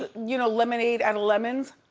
ah you know, lemonade and lemons.